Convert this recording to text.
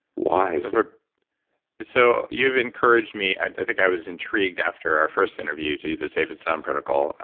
why? you've ah so you've encouraged me, i think i was intrigued after our first interview, to do the safe and sound protocol,